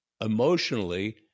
emotionally